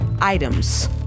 items